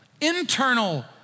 internal